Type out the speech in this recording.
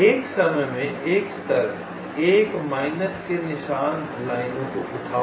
एक समय में एक स्तर 1 माइनस के निशान लाइनों को उठाओ